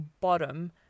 bottom